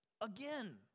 again